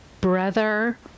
brother